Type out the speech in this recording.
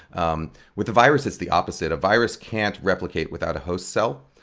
um with a virus, it's the opposite. a virus can't replicate without a host cell,